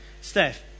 Steph